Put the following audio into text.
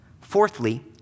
Fourthly